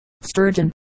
sturgeon